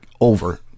over